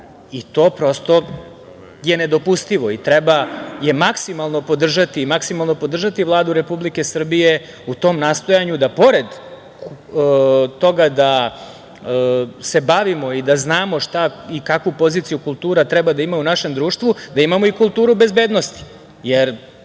i to je prosto nedopustivo. Treba maksimalno podržati Vladu Republike Srbije u tom nastojanju da pored toga da se bavimo i da znamo šta i kakvu poziciju kultura treba da ima u našem društvu, da imamo i kulturu bezbednosti.